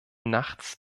nachts